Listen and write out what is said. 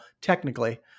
technically